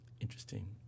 Interesting